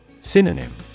Synonym